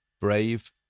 Brave